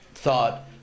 thought